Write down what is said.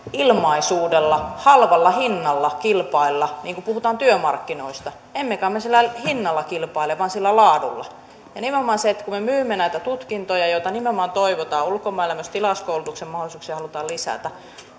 ilmaisuudella halvalla hinnalla kilpailla niin kuin puhutaan työmarkkinoista emme kai me hinnalla kilpaile vaan laadulla ja nimenomaan kun me myymme näitä tutkintoja joita nimenomaan toivotaan ulkomailla ja myös tilauskoulutuksen mahdollisuuksia halutaan lisätä